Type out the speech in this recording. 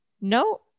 No